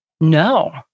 No